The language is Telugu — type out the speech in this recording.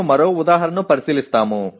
మేము మరో ఉదాహరణను పరిశీలిస్తాము